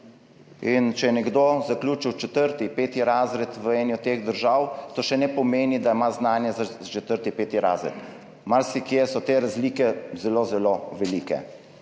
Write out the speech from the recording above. in če je nekdo zaključil četrti, peti razred v eni od teh držav, to še ne pomeni, da ima znanje za četrti, peti razred. Marsikje so te razlike zelo zelo velike.